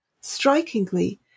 Strikingly